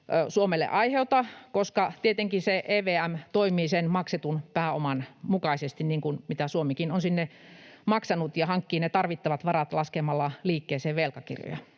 Suomelle aiheuta, koska tietenkin se EVM toimii sen maksetun pääoman mukaisesti, mitä Suomikin on sinne maksanut, ja hankkii ne tarvittavat varat laskemalla liikkeeseen velkakirjoja.